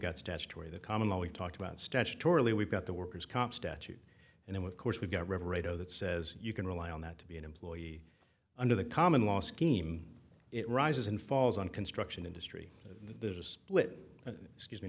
got statutory the common law we talked about statutorily we've got the worker's comp statute and then of course we've got reverendo that says you can rely on that to be an employee under the common law scheme it rises and falls on construction industry there's a split excuse me